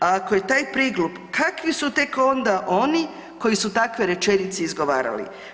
A ako je taj priglup kakvi su tek onda oni koji su takve rečenice izgovarali.